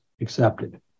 accepted